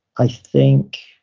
i think,